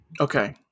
Okay